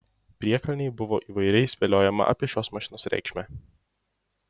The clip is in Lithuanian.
priekalnėj buvo įvairiai spėliojama apie šios mašinos reikšmę